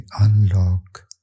unlock